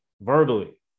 verbally